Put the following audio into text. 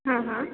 हां हां